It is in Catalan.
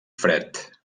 fred